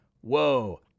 whoa